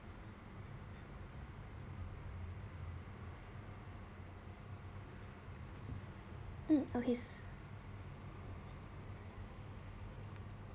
mm okay s~